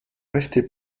restait